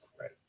Right